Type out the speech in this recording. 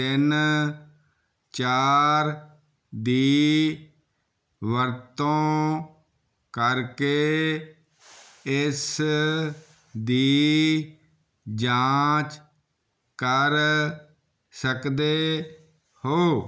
ਤਿੰਨ ਚਾਰ ਦੀ ਵਰਤੋਂ ਕਰਕੇ ਇਸ ਦੀ ਜਾਂਚ ਕਰ ਸਕਦੇ ਹੋ